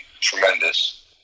tremendous